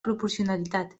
proporcionalitat